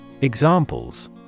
Examples